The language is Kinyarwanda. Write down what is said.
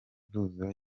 buzura